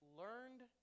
learned